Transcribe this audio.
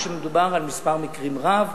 או שמדובר על מספר מקרים רב,